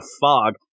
fog